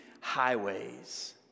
highways